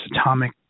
atomic